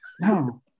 No